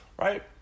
Right